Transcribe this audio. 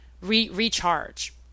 recharge